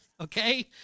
Okay